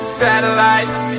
satellites